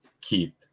Keep